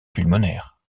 pulmonaire